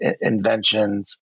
inventions